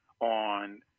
on